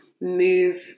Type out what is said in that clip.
move